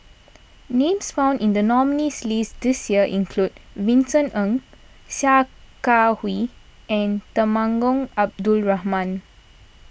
names found in the nominees' list this year include Vincent Ng Sia Kah Hui and Temenggong Abdul Rahman